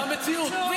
זאת המציאות.